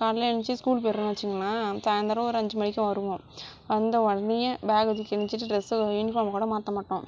காலைல எழுஞ்சு ஸ்கூல் போயிடுறேன்னு வச்சுங்களேன் சாயந்தரம் ஒரு அஞ்சு மணிக்கு வருவோம் வந்த உடனையே பேகை தூக்கி எறிஞ்சிட்டு டிரஸ்ஸை யூனிஃபார்மை கூட மாற்ற மாட்டோம்